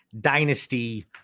dynasty